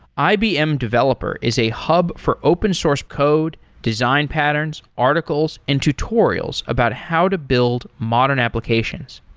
ibm developer is a hub for open source code, design patterns, articles and tutorials about how to build modern applications.